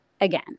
again